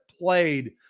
played